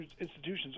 institutions